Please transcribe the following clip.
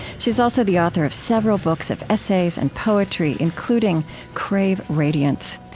she's also the author of several books of essays and poetry including crave radiance.